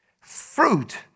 Fruit